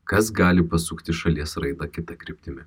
kas gali pasukti šalies raidą kita kryptimi